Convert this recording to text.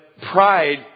pride